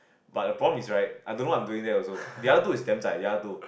but the problem is right I don't know what I'm doing there also the other two is damn zai the other two